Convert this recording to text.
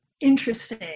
interesting